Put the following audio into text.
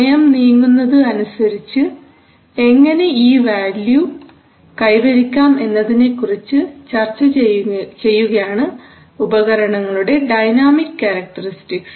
സമയം നീങ്ങുന്നത് അനുസരിച്ച് എങ്ങനെ ഈ വാല്യൂ കൈവരിക്കാം എന്നതിനെക്കുറിച്ച് ചർച്ച ചെയ്യുകയാണ് ഉപകരണങ്ങളുടെ ഡൈനാമിക് ക്യാരക്ടറിസ്റ്റിക്സ്